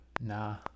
Nah